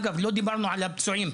אגב לא הזכרנו את עניין הפצועים,